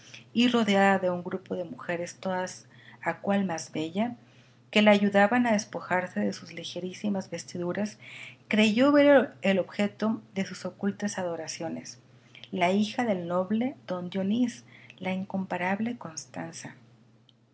y rodeada de un grupo de mujeres todas a cual más bella que la ayudaban a despojarse de sus ligerísimas vestiduras creyó ver el objeto de sus ocultas adoraciones la hija del noble don dionís la incomparable constanza